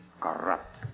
corrupt